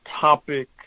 topic